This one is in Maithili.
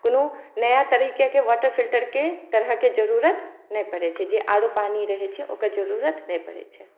कोनो नया तरीकाके वाटर फिल्टरके तरहके जरूरत नहि पड़ै छै जे आर ओ पानी रहै छै ओकर जरूरत नहि पड़ै छै